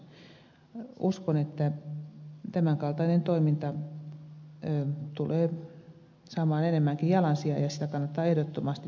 uskon että tämän kaltainen toiminta tulee saamaan enemmänkin jalansijaa ja sitä kannattaa ehdottomasti tukea